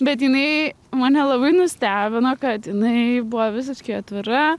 bet jinai mane labai nustebino kad jinai buvo visiškai atvira